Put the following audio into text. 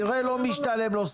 יראה לא משתלם לו,